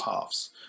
halves